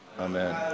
Amen